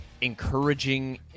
encouraging